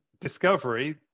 discovery